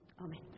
Amen